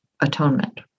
atonement